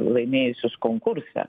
laimėjusius konkurse